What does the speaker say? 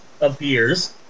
appears